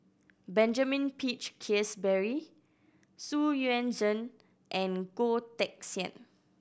Benjamin Peach Keasberry Xu Yuan Zhen and Goh Teck Sian